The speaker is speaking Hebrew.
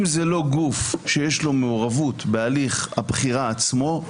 אם זה לא גוף שיש לו מעורבות בהליך הבחירה עצמו,